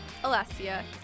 Alessia